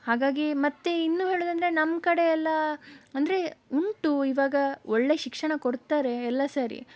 ಹಾಗಾಗಿ ಮತ್ತೆ ಇನ್ನು ಹೇಳುವುದಂದ್ರೆ ನಮ್ಮ ಕಡೆ ಎಲ್ಲ ಅಂದರೆ ಉಂಟು ಈವಾಗ ಒಳ್ಳೆಯ ಶಿಕ್ಷಣ ಕೊಡ್ತಾರೆ ಎಲ್ಲ ಸರಿ